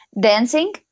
dancing